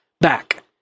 back